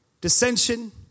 dissension